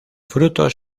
frutos